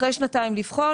אחרי שנתיים לבחון